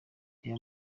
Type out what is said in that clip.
reba